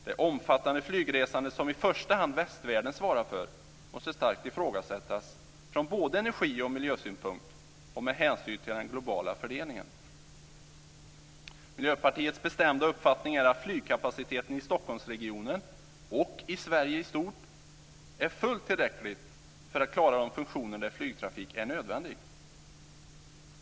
Det omfattande flygresande som i första hand västvärlden svarar för måste starkt ifrågasättas från både energi och miljösynpunkt och med hänsyn till den globala fördelningen. Miljöpartiets bestämda uppfattning är att flygkapaciteten i Stockholmsregionen och i Sverige i stort är fullt tillräcklig för att klara de funktioner där flygtrafik är nödvändig.